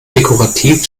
dekorativ